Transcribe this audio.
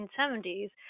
1970s